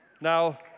Now